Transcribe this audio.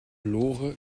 lore